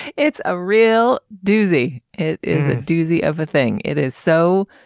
it's a real doozy. it is a doozy of a thing. it is so